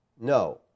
No